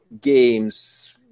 games